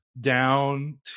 down